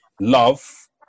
love